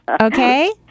okay